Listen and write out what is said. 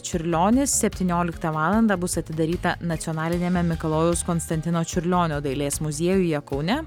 čiurlionis septynioliktą valandą bus atidaryta nacionaliniame mikalojaus konstantino čiurlionio dailės muziejuje kaune